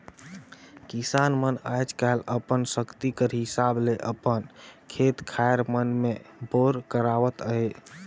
किसान मन आएज काएल अपन सकती कर हिसाब ले अपन खेत खाएर मन मे बोर करवात अहे